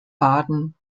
baden